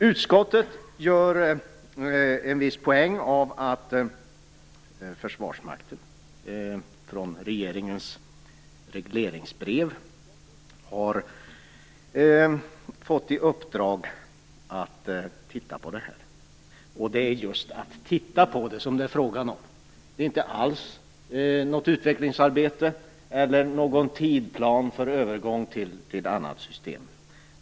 Utskottet gör en viss poäng av att Försvarsmakten genom regeringens regleringsbrev har fått i uppdrag att titta på detta. Det är just detta med att titta på som det är fråga om. Det handlar inte alls om ett utvecklingsarbete eller om en tidsplan för en övergång till ett annat system.